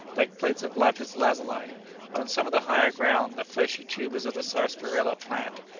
like plates of lapis lazuli on some of the higher ground, the fleshy tubers of the sarsaparilla plant,